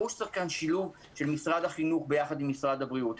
ברור שזה גם שילוב של משרד החינוך יחד עם משרד הבריאות.